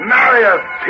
Marius